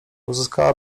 uzyskała